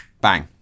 Bang